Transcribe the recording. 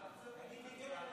לא נעליים.